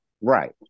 right